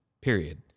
period